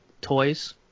toys